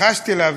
לחשתי לה,